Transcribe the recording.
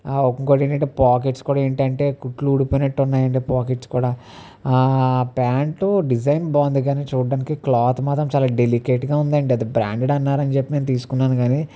ఇంకోటి ఏంటంటే పాకెట్స్ కూడా ఏంటంటే కుట్లు ఊడిపోయినట్టు ఉన్నాయండి పాకెట్స్ కూడా ప్యాంటు డిజైన్ బాగుంది కానీ చూడటానికి క్లాత్ మాత్రం చాలా డెలికేట్గా ఉందండి అది బ్రాండెడ్ అన్నారని చెప్పి తీసుకున్నాను కానీ